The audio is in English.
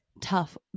tough